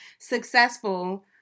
successful